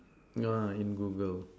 uh in Google